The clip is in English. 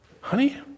Honey